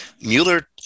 Mueller